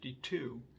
52